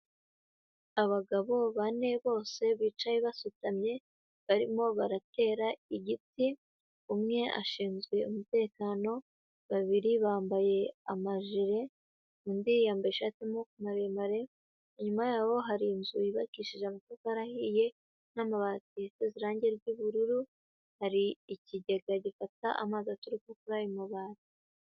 Abagabo bane bose bicaye basutamye barimo baratera igiti, umwe ashinzwe umutekano, babiri bambaye amaje undi yambaye ishati y'amaboko maremare, inyuma yabo hari inzu yubakishije amatafari ahiye n'amabati asize irangi ry'bururu, hari ikigega gifata amazi aturuka kuri ayo mabati.